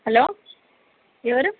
hello ఎవరు